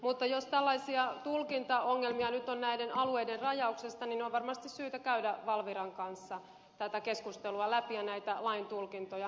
mutta jos tällaisia tulkintaongelmia nyt on näiden alueiden rajauksesta niin on varmasti syytä käydä valviran kanssa tätä keskustelua läpi ja näitä lain tulkintoja